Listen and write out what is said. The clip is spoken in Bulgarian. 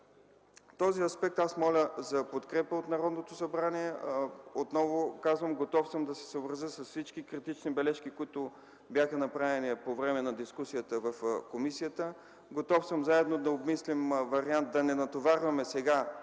този аспект моля за подкрепата на Народното събрание. Отново казвам: готов съм да се съобразя с всички критични бележки, които бяха направени по време на дискусията в комисията. Готов съм заедно да обмислим вариант да не натоварваме тази